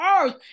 earth